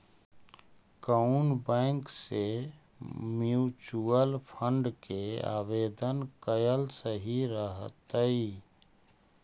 कउन बैंक से mutual fund के आवेदन कयल सही रहतई?